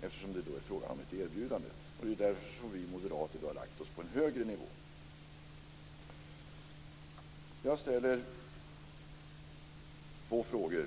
eftersom det är fråga om ett erbjudande. Därför har vi moderater lagt oss på en högre nivå. Jag ställer två frågor.